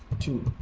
two